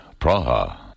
Praha